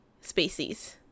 species